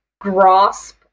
grasp